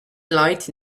light